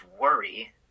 worry